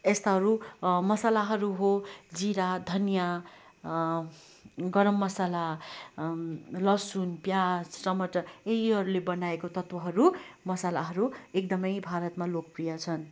यस्ताहरू मसलाहरू हो जिरा धनियाँ गरम मसला लसुन प्याज टमाटर यहीहरूले बनाएको तत्वहरू मसालाहरू एकदमै भारतमा लोकप्रिय छन्